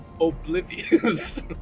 Oblivious